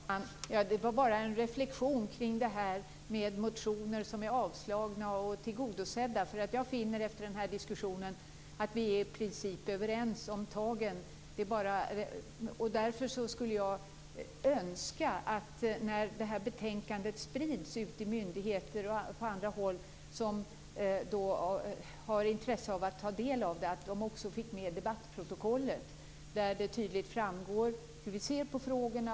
Herr talman! Jag har bara en reflexion kring motioner som är avstyrkta och som är tillgodosedda. Jag finner efter den här diskussionen att vi i princip är överens om tagen. Därför skulle jag önska att när det här betänkandet sprids till myndigheter och på andra håll där man har intresse att ta del av det att man också får med debattprotokollet där det tydligt framgår hur vi ser på frågorna.